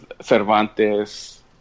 Cervantes